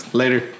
later